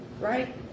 right